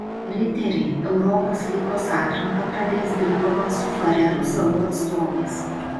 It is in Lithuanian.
riteriai europos lygos atranką pradės dvikova su farerų salų atstovais